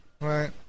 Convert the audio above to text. Right